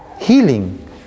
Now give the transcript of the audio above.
healing